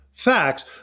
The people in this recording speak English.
Facts